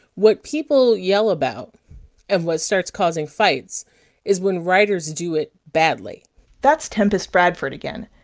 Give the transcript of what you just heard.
what people yell about and what starts causing fights is when writers do it badly that's tempest bradford again.